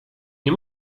nie